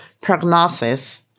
prognosis